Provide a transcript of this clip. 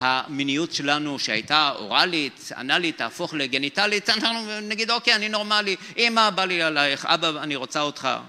המיניות שלנו שהייתה אוראלית, אנאלית, תהפוך לגניטלית, אנחנו נגיד אוקיי אני נורמלי אמא בא לי עלייך, אבא אני רוצה אותך